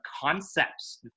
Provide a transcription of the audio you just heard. concepts